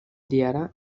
diarra